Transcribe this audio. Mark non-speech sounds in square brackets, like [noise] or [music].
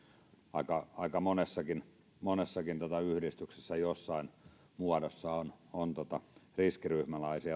aika aika monessakin monessakin yhdistyksessä jossain muodossa on on riskiryhmäläisiä [unintelligible]